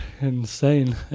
insane